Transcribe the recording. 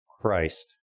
Christ